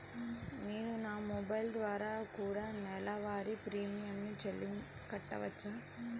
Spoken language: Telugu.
నేను నా మొబైల్ ద్వారా కూడ నెల వారి ప్రీమియంను కట్టావచ్చా?